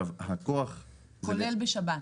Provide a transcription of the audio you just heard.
כולל בשבת